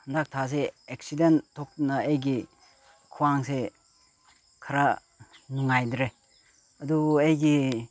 ꯍꯟꯗꯛ ꯊꯥꯁꯦ ꯑꯦꯛꯁꯤꯗꯦꯟ ꯊꯣꯛꯇꯅ ꯑꯩꯒꯤ ꯈ꯭ꯋꯥꯡꯁꯦ ꯈꯔ ꯅꯨꯡꯉꯥꯏꯇ꯭ꯔꯦ ꯑꯗꯨ ꯑꯩꯒꯤ